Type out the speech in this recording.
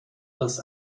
das